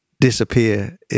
disappear